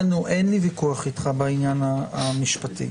אין לי ויכוח איתך בעניין המשפטי.